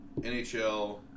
nhl